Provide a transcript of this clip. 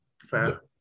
Fair